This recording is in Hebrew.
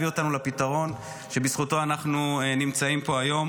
אותנו לפתרון שבזכותו אנחנו נמצאים פה היום,